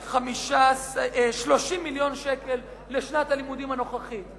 כ-30 מיליון שקלים לשנת הלימודים הנוכחית.